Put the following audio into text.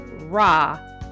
raw